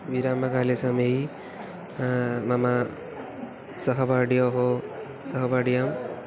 विरामकाले समये मम सहपाठिनोः सहपाठिनां